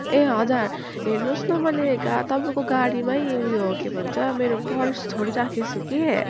ए हजुर हेर्नुहोस् न मैले गा तपाईँको गाडीमै उयो के भन्छ मेरो पर्स छोडिराखेछु कि